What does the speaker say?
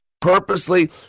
purposely